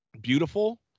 beautiful